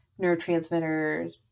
neurotransmitters